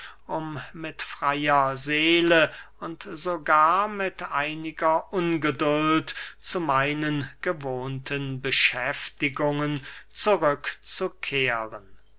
um mit freyer seele und sogar mit einiger ungeduld zu meinen gewohnten beschäftigungen